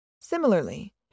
Similarly